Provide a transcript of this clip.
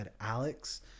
Alex